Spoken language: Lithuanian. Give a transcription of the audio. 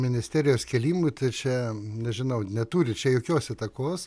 ministerijos kėlimui tai čia nežinau neturi čia jokios įtakos